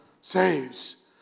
saves